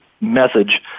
message